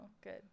good